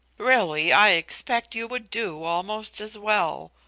really, i expect you would do almost as well.